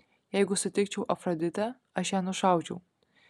jeigu sutikčiau afroditę aš ją nušaučiau